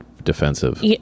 Defensive